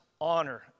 honor